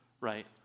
right